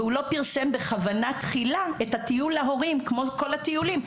והוא לא פרסם בכוונה תחילה את הטיול להורים כמו כל הטיולים.